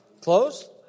Close